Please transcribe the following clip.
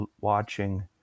watching